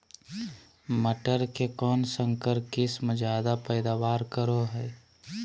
मटर के कौन संकर किस्म जायदा पैदावार करो है?